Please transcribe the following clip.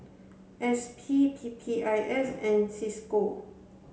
S P P P I S and Cisco